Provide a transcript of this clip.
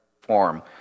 form